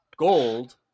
Gold